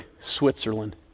Switzerland